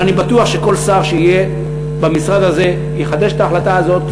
אבל אני בטוח שכל שר שיהיה במשרד הזה יחדש את ההחלטה הזאת.